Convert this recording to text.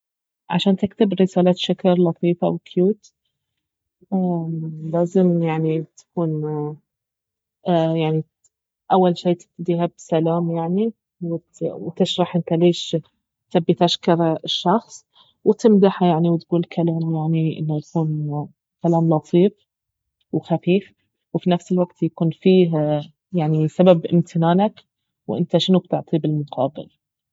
عشان تكتب رسالة شكر لطيفة وكيوت لازم يعني تكون يعني اول شي تبتديها بسلام يعني وتشرح انت ليش تبي تشكر الشخص وتمدحه يعني وتقول كلام يعني انه يكون كلام لطيف وخفيف وفي نفس الوقت يكون فيه سبب امتنانك وانت شنو بتعطيه بالمقابل